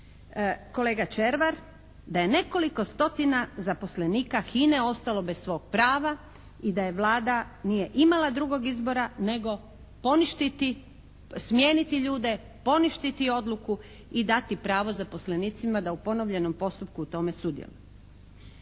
kolega Červar da je nekoliko stotina zaposlenika HINA-e ostalo bez svog prava i da Vlada nije imala drugog izbora nego poništiti, smijeniti ljude, poništiti odluku i dati pravo zaposlenicima da u ponovljenom postupku u tome sudjeluju